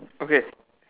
okay